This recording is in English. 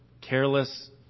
careless